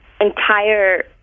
entire